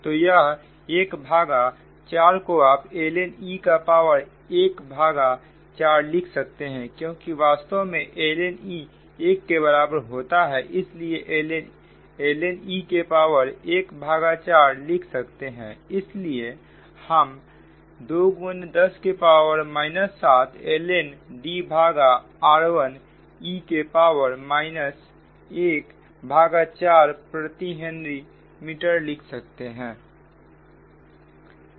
तो यह एक भागा 4 को आप ln e का पावर एक भाग 4 लिख सकते हैं क्योंकि वास्तव में ln e एक के बराबर होता है इसीलिए हम ln e के पावर 1 भागा 4 लिख सकते हैं इसलिए हम 2 10 के पावर माइनस 7 ln D भागा r1 e के पावर माइनस एक भागा चार हेनरी प्रति मीटर लिख सकते हैं